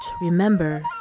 remember